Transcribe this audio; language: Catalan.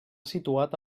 situat